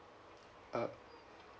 uh